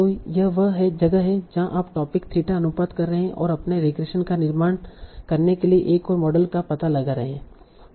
तो यह वह जगह है जहाँ आप टोपिक थीटा अनुपात कर रहे हैं और अपने रिग्रेशन का निर्माण करने के लिए एक और मॉडल का पता लगा रहे है